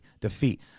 defeat